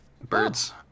Birds